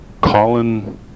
Colin